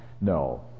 no